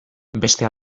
beste